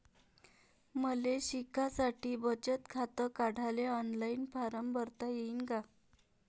मले शिकासाठी बचत खात काढाले ऑनलाईन फारम भरता येईन का?